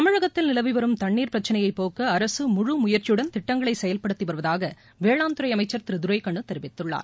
தமிழகத்தில் நிலவி வரும் தண்ணீர் பிரச்சினையைப் போக்க அரசு முழு முயற்சியுடன் திட்டங்களை செயல்படுத்தி வருவதாக வேளாண் துறை அளமச்சர் திரு துரைக்கண்ணு தெரிவித்துள்ளார்